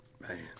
Man